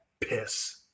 piss